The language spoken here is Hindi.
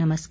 नमस्कार